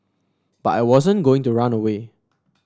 but I wasn't going to run away